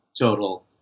total